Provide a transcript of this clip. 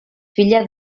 filla